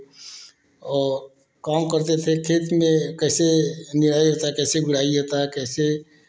काम करते थे खेत में कैसे निराई होता है कैसे बुराई होता है कैसे